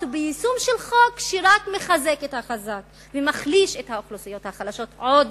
וביישום של חוק שרק מחזק את החזק ומחליש את האוכלוסיות החלשות עוד